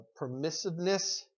permissiveness